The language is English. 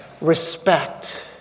respect